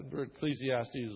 Ecclesiastes